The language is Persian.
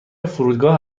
فرودگاه